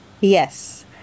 Yes